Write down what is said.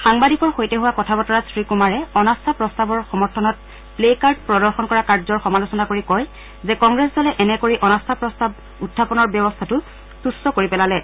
সাংবাদিকৰ সৈতে হোৱা কথা বতৰাত শ্ৰীকুমাৰে অনাস্থা প্ৰস্তাৱৰ সমৰ্থনত প্লেকাৰ্ড প্ৰদৰ্শন কৰা কাৰ্য্যৰ সমালোচনা কৰি কয় যে কংগ্ৰেছ দলে এনে কৰি অনাস্থা প্ৰস্তাৱ উখাপনৰ ব্যৱস্থাটো তুচ্ছ কৰি পেলালে